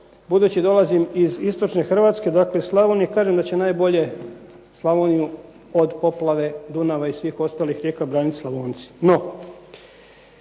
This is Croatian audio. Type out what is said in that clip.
budući da dolazim iz istočne Hrvatske dakle iz Slavonije kažem da će najbolje Slavoniju od poplave Dunava i svih ostalih rijeka braniti Slavonci.